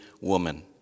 woman